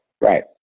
right